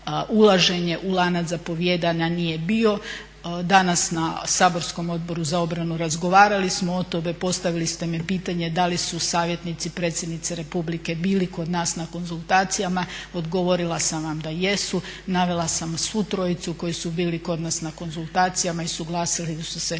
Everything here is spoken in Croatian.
u lanac zapovijedanja nije bio. Danas na saborskom Odboru za obranu razgovarali smo o tome. Postavili ste mi pitanje da li su savjetnici predsjednice Republike bili kod nas na konzultacijama, odgovorila sam vam da jesu, navela sam svu trojcu koji su bili kod nas na konzultacijama i suglasili su se